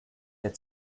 der